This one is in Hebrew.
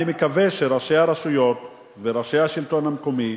אני מקווה שראשי הרשויות וראשי השלטון המקומי